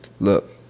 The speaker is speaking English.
Look